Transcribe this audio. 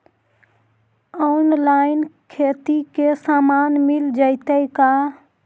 Online खेती के सामान मिल जैतै का?